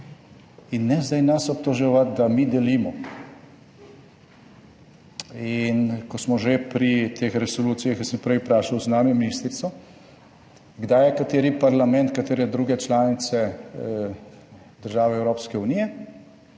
In ne zdaj nas obtoževati, da mi delimo. In ko smo že pri teh resolucijah, jaz sem prej vprašal zunanjo ministrico, kdaj je kateri parlament katere druge članice države Evropske unije